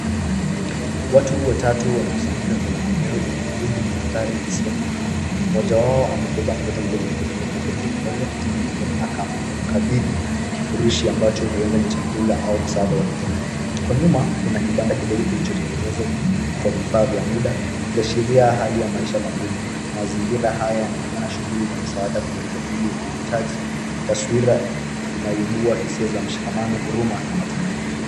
Watu watatu wamekusanyika kwenye eneo lenye vumbi na mandhari isiyo na mimea. Mmoja wao amebeba mtoto mdogo mkononi mwake kwa upole mtu mwingine akamkabidhi kifurushi ambacho huenda ni chakula au msaada wa kijamii. Kwa nyuma, kuna kibanda kidogo kilichotengenezwa kwa vifaa vya muda kikiashiria hali ya maisha magumu. Mazingira haya yanaonekana shughuli za misaada kwenye jamii yenye uhitaji. Taswira inaibua hisia za mshikamano, huruma na matumaini.